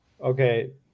okay